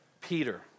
Peter